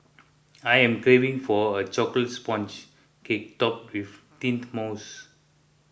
I am craving for a Chocolate Sponge Cake Topped with Mint Mousse